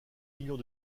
millions